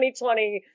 2020